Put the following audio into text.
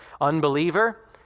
Unbeliever